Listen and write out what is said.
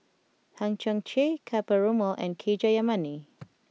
Hang Chang Chieh Ka Perumal and K Jayamani